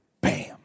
bam